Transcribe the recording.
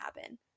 happen